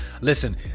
Listen